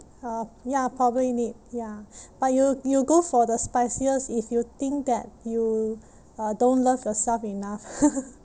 uh ya probably need ya but you you go for the spiciest if you think that you uh don't love yourself enough